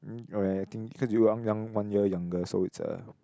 um oh ya I think cause you young one year younger so it's a